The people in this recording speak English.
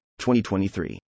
2023